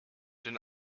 den